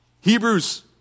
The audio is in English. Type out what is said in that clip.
Hebrews